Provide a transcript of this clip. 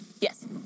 Yes